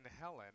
Helen